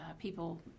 people